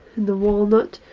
in the walnut.